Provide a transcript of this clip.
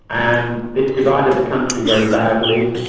and this divided the country very badly.